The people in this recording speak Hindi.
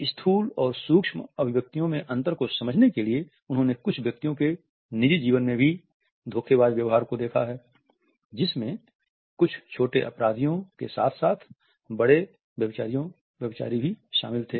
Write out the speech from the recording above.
स्थूल और सूक्ष्म अभिव्यक्तियों में अंतर को समझने के लिए उन्होंने कुछ व्यक्तियों के निजी जीवन में भी धोखेबाज व्यवहार को देखा है जिसमें कुछ छोटे अपराधियों के साथ साथ बड़े व्यभिचारी भी शामिल थे